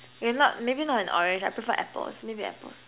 okay not maybe not an orange I prefer apples maybe apples